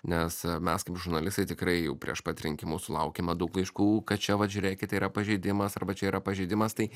nes mes kaip žurnalistai tikrai jau prieš pat rinkimus sulaukiame daug laiškų kad čia vat žiūrėkit yra pažeidimas arba čia yra pažeidimas tai